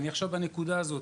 בנקודה הזאת,